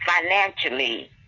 financially